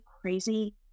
crazy